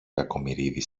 κακομοιρίδη